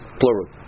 plural